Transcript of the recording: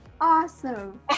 awesome